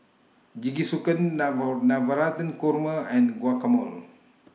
Jingisukan Navratan Korma and Guacamole